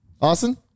Austin